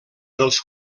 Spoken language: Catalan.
dels